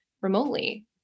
remotely